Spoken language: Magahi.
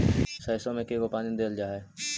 सरसों में के गो पानी देबल जा है?